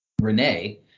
Renee